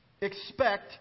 expect